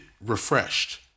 refreshed